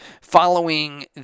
following